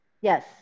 yes